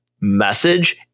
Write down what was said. message